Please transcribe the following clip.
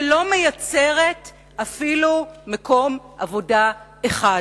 שלא מייצרת אפילו מקום עבודה אחד.